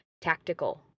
tactical